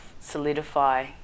solidify